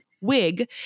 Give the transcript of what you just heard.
wig